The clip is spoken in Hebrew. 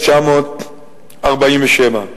ב-1947.